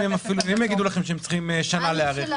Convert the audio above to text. אם הם יגידו לכם שהם צריכים שנה להיערך,